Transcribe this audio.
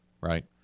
right